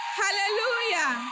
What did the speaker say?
hallelujah